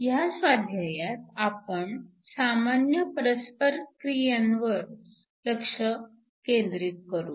ह्या स्वाध्यायात आपण सामान्य परस्परक्रियांवर लक्ष केंद्रित करू